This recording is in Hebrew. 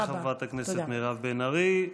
תודה לחברת הכנסת מירב בן ארי.